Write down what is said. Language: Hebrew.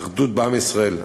אחדות בעם ישראל,